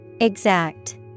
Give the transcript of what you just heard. Exact